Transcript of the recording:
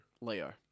Leo